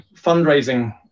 fundraising